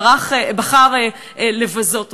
בחר לבזות אותם.